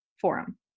forum